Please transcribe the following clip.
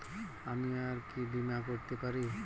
আমি আর কি বীমা করাতে পারি?